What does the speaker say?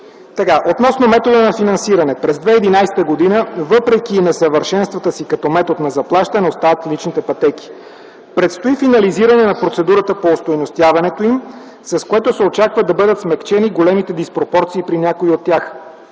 Относно метода на финансиране. През 2011 г. въпреки несъвършенствата си като метод на заплащане остават клиничните пътеки. Предстои финализиране на процедурата по остойностяването им, с което се очаква да бъдат смекчени големите диспропорции при някои от тях.